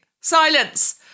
Silence